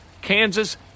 Kansas